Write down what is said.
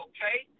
Okay